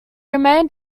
remained